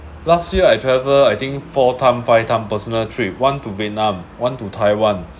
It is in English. last year I travel I think four time five time personal trip one to vietnam one to taiwan